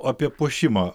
apie puošimą